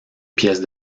pièce